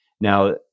now